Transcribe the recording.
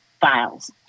files